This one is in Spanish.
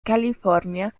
california